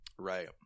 right